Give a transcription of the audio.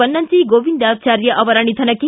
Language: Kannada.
ಬನ್ನಂಜೆ ಗೋವಿಂದಾಚಾರ್ಯ ಅವರ ನಿಧನಕ್ಕೆ